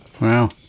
Wow